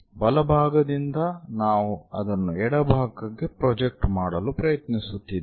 ಬಲಭಾಗದಿಂದ ನಾವು ಅದನ್ನು ಎಡಭಾಗಕ್ಕೆ ಪ್ರೊಜೆಕ್ಟ್ ಮಾಡಲು ಪ್ರಯತ್ನಿಸುತ್ತಿದ್ದೇವೆ